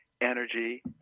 energy